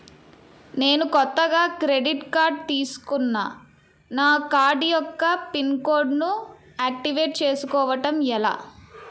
నేను కొత్తగా credit card తిస్కున్నా నా కార్డ్ యెక్క పిన్ కోడ్ ను ఆక్టివేట్ చేసుకోవటం ఎలా?